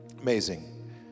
Amazing